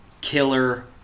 killer